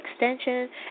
extension